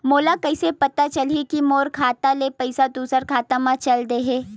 मोला कइसे पता चलही कि मोर खाता ले पईसा दूसरा खाता मा चल देहे?